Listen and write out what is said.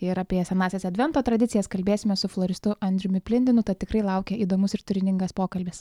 ir apie senąsias advento tradicijas kalbėsimės su floristu andriumi plindinu tad tikrai laukia įdomus ir turiningas pokalbis